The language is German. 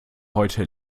heute